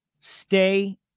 stay